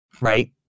right